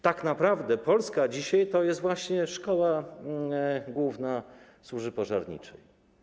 Tak naprawdę Polska dzisiaj to jest właśnie Szkoła Główna Służby Pożarniczej.